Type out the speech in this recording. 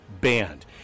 banned